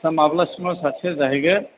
आदसा माब्ला सिमाव साकस्सेस जाहैगोन